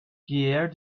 pierre